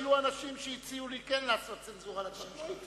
אומנם היו אנשים שהציעו לי כן לעשות צנזורה לדברים שלך,